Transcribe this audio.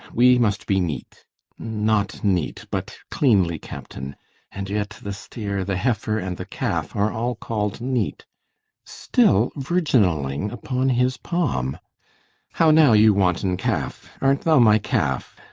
we must be neat not neat, but cleanly, captain and yet the steer, the heifer, and the calf, are all call'd neat still virginalling upon his palm how now, you wanton calf! art thou my calf?